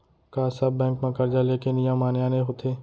का सब बैंक म करजा ले के नियम आने आने होथे?